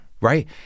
Right